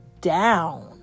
down